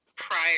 prior